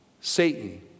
Satan